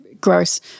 gross